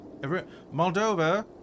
Moldova